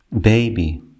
baby